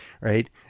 Right